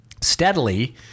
steadily